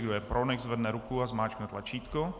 Kdo je pro, nechť zvedne ruku a zmáčkne tlačítko.